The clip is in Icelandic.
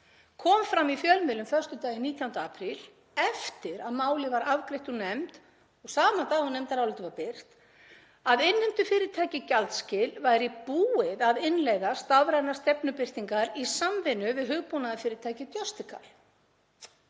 kom fram í fjölmiðlum föstudaginn 19. apríl, eftir að málið var afgreitt úr nefnd og sama dag og nefndarálitið var birt, að innheimtufyrirtækið Gjaldskil væri búið að innleiða stafrænar stefnubirtingar í samvinnu við hugbúnaðarfyrirtækið Justikal.